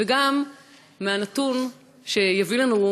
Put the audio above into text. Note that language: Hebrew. וגם לנתון שיביא לנו,